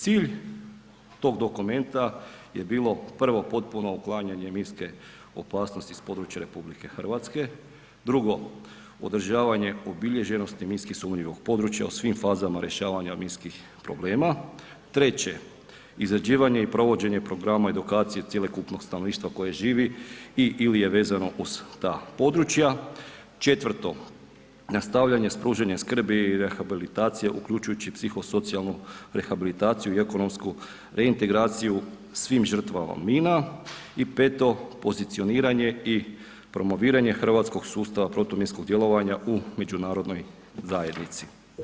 Cilj tog dokumenta je bilo prvo, potpuno uklanjanje minske opasnosti s područja RH, drugo, održavanje obilježenosti minski sumnjivog područja u svim fazama rješavanja minskih problema, treće, izrađivanje i provođenje programa edukacije cjelokupnog stanovništva koje živi ili je vezano uz ta područja, četvrto, nastavljanje s pružanjem skrbi i rehabilitacije uključujući i psihosocijalnu rehabilitaciju i ekonomsku reintegraciju svim žrtvama mina i peto, pozicioniranje i promoviranje hrvatskog sustava protuminskog djelovanja u međunarodnoj zajednici.